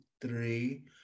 three